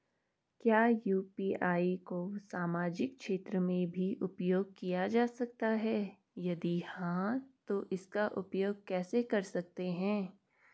क्या यु.पी.आई को सामाजिक क्षेत्र में भी उपयोग किया जा सकता है यदि हाँ तो इसका उपयोग कैसे कर सकते हैं?